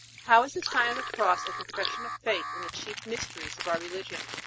how is the sign of the cross a profession of faith in the chief mysteries of our religion?